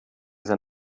that